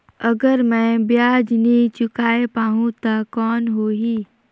अगर मै ब्याज नी चुकाय पाहुं ता कौन हो ही?